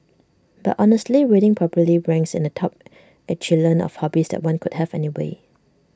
but honestly reading probably ranks in the top echelon of hobbies that one could have anyway